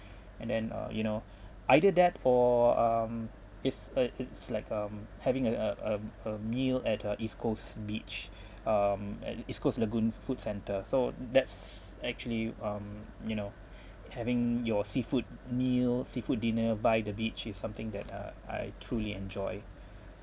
and then uh you know either that or um it's a it's like um having at a um a meal at uh east coast beach um at the east coast lagoon food centre so that's actually um you know having your seafood meal seafood dinner by the beach is something that uh I truly enjoy